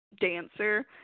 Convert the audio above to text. dancer